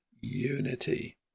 unity